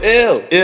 ew